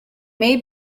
may